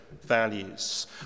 values